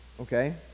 Okay